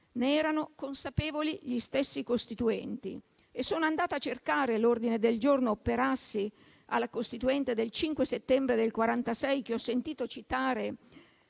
Ne erano consapevoli gli stessi costituenti. Sono andata a cercare l'ordine del giorno Perassi alla Costituente del 5 settembre del 1946, che ho sentito citare